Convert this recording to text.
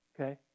Okay